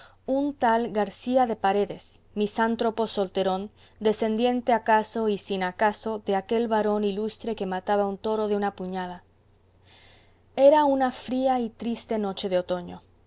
un tal garcía de paredes misántropo solterón descendiente acaso y sin acaso de aquel varón ilustre que mataba un toro de una era una fría y triste noche de otoño